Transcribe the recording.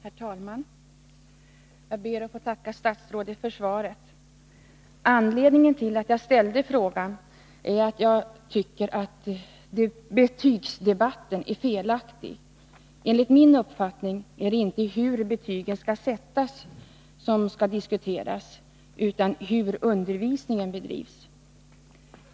Herr talman! Jag ber att få tacka statsrådet för svaret. Anledningen till att jag har ställt frågan är att jag tycker att betygsdebatten är felaktig. Enligt min uppfattning är det inte hur betygen skall sättas som skall diskuteras utan hur undervisningen bedrivs.